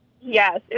Yes